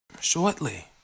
shortly